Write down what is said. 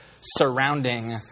surrounding